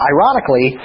Ironically